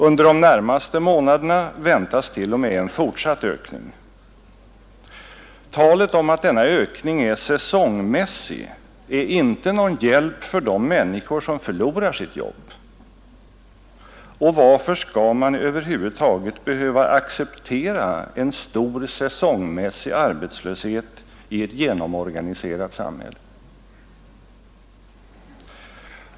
Under de närmaste månaderna väntas t.o.m. en fortsatt ökning. Talet om att denna ökning är säsongmässig är inte någon hjälp för de människor som förlorar sitt jobb. Och varför skall man över huvud taget behöva acceptera en stor säsongmässig arbetslöshet i ett genomorganiserat samhälle?